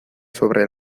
sobre